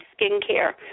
skincare